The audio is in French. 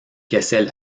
kessel